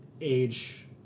age